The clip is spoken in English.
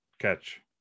catch